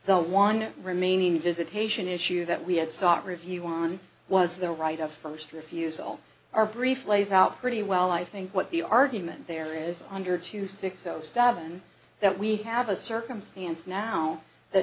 the one remaining visitation issue that we had sought review on was the right of first refusal our brief lays out pretty well i think what the argument there is under two six zero seven that we have a circumstance now the